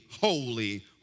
holy